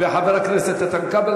חבר הכנסת איתן כבל,